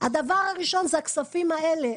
הדבר הראשון זה הכספים האלה.